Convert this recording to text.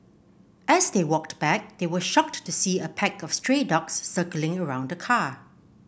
as they walked back they were shocked to see a pack of stray dogs circling around the car